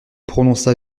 prononça